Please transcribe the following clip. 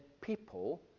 people